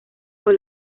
por